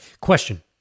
Question